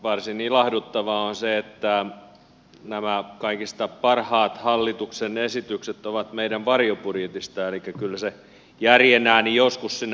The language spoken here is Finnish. varsin ilahduttavaa on se että nämä kaikista parhaat hallituksen esitykset ovat meidän varjobudjetistamme elikkä kyllä se järjen ääni joskus sinne hallitukseenkin kuuluu